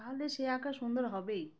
তাহলে সে আঁকা সুন্দর হবেই